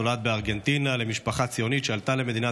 נולד בארגנטינה למשפחה ציונית שעלתה למדינת